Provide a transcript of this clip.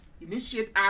initiate